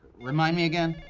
remind me again?